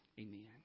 Amen